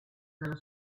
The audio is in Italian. della